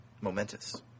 Momentous